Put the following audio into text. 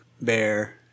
bear